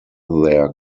their